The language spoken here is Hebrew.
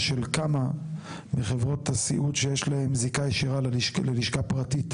של כמה מחברות הסיעוד שיש להם זיקה ישירה ללשכה פרטית